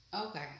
Okay